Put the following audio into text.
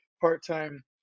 part-time